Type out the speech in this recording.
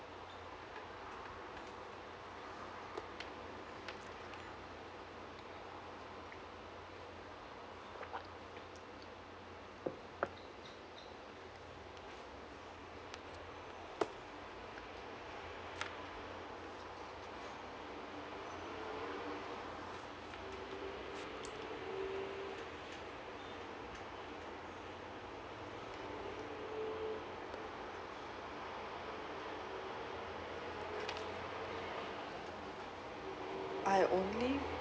I only